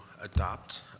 adopt